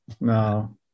No